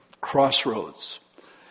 crossroads